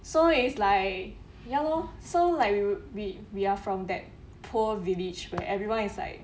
so is like ya lor so like we we we are from that poor village where everyone is like